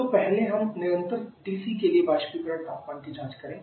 तो पहले हम निरंतर TC के लिए वाष्पीकरण तापमान की जांच करें